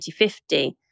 2050